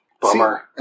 Bummer